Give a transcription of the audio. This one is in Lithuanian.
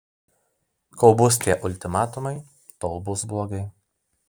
kol bus tie ultimatumai tol bus blogai